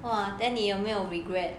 !wah! then 你有没有 regret